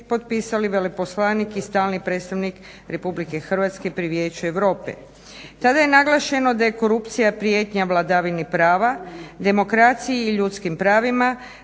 potpisali veleposlanik i stalni predstavnik Republike Hrvatske pri Vijeću Europe. Tada je naglašeno da je korupcija prijetnja vladavini prava, demokraciji i ljudskim pravima,